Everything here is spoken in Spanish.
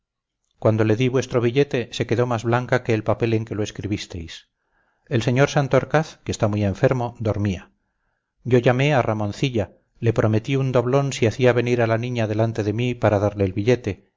cuando le di vuestro billete se quedó más blanca que el papel en que lo escribisteis el sr santorcaz que está muy enfermo dormía yo llamé a ramoncilla le prometí un doblón si hacía venir a la niña delante de mí para darle el billete